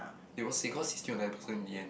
they won't say cause he's still a nice person in the end